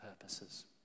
purposes